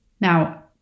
Now